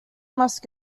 must